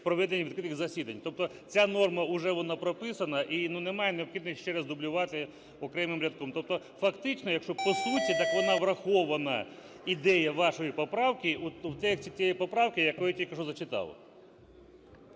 проведення відкритих засідань. Тобто ця норма, вже вона прописана. І немає необхідності ще раз дублювати окремим рядком. Тобто фактично, якщо по суті, так вона врахована, ідея вашої поправки, в тексті цієї поправки, яку я тільки що зачитав.